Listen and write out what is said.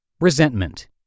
Resentment